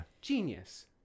genius